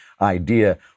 idea